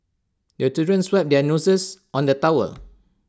the childrens wipe their noses on the towel